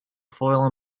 foil